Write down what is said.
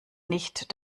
nicht